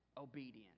obedient